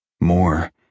more